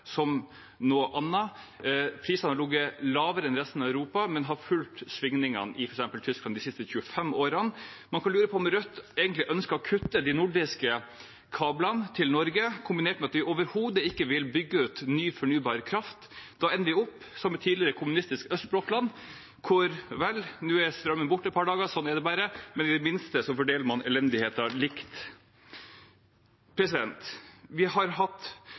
som noe annet. Prisene har ligget lavere enn i resten av Europa, men har fulgt svingningene i f.eks. Tyskland de siste 25 årene. Man kan lure på om Rødt egentlig ønsker å kutte de nordiske kablene til Norge, kombinert med at de overhodet ikke vil bygge ut ny fornybar kraft. Da ender vi opp som et tidligere kommunistisk østblokkland: Vel, nå er strømmen borte et par dager, sånn er det bare, men i det minste fordeler man elendigheten likt. Denne høsten har vi hatt